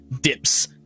dips